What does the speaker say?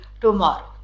tomorrow